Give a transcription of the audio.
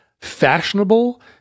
fashionable